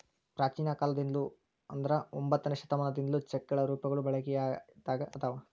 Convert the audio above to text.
ಪ್ರಾಚೇನ ಕಾಲದಿಂದ್ಲು ಅಂದ್ರ ಒಂಬತ್ತನೆ ಶತಮಾನದಿಂದ್ಲು ಚೆಕ್ಗಳ ರೂಪಗಳು ಬಳಕೆದಾಗ ಅದಾವ